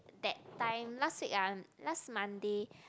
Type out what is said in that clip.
that time last week uh last Monday